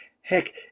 Heck